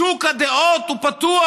שוק הדעות הוא פתוח.